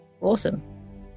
awesome